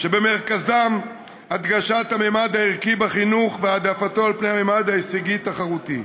שבמרכזם הדגשת הממד הערכי בחינוך והעדפתו על פני הממד ההישגי-תחרותי,